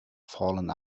fallen